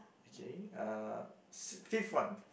okay uh fifth one